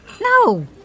No